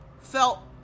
felt